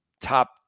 top